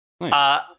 Nice